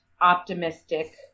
optimistic